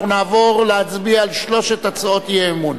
נעבור להצביע על שלוש הצעות האי-אמון.